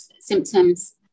symptoms